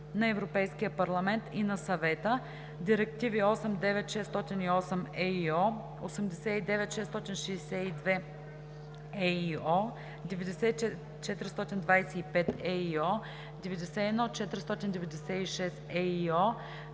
на Европейския парламент и на Съвета, директиви 89/608/ЕИО, 89/662/ЕИО, 90/425/ЕИО, 91/496/ЕИО,